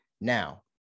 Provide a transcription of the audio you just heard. Now